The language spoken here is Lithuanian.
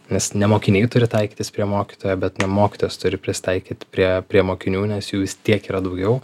nes ne mokiniai turi taikytis prie mokytojo bet na mokytojas turi prisitaikyt prie prie mokinių nes jų vis tiek yra daugiau